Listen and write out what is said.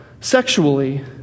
sexually